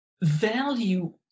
value